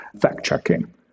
fact-checking